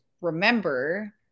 remember